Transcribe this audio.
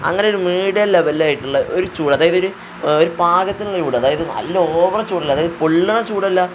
അങ്ങനെ ഒരു മീഡിയം ലെവലായിട്ടുള്ള ഒരു ചൂട് അതായതൊരു ഒരു പാകത്തിനുള്ള ചൂട് അതായത് നല്ല ഓവർ ചൂടല്ല അതായത് പൊള്ളണ ചൂടല്ല